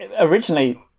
originally